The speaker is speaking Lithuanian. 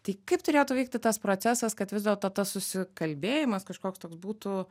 tai kaip turėtų vykti tas procesas kad vis dėlto tas susikalbėjimas kažkoks toks būtų